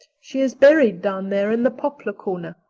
she is buried down there in the poplar corner.